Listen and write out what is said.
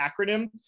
acronym